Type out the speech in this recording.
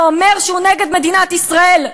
זה אומר שהוא נגד מדינת ישראל.